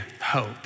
hope